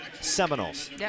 Seminoles